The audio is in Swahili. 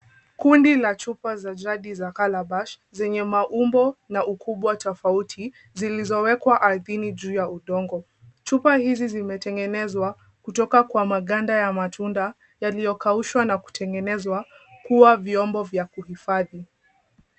Kundi la chupa za jadi za calabash zenye maumbo na ukubwa tofauti, zilizowekwa ardhini juu ya udongo. Chupa hizi zimetengenezwa kutoka kwa maganda ya matunda yaliyokaushwa na kutengenezwa kuwa vyombo vya kuhifadhi.